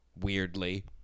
weirdly